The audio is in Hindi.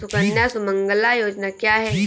सुकन्या सुमंगला योजना क्या है?